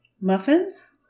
Muffins